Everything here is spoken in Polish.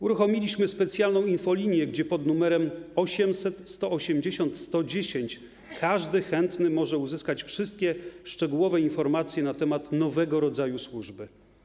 Uruchomiliśmy specjalną infolinię, gdzie pod numerem 800 180 110 każdy chętny może uzyskać wszystkie szczegółowe informacje na temat nowego rodzaju służby.